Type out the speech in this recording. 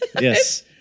Yes